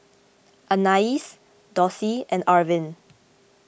Anais Dossie and Arvin